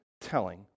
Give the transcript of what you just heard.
telling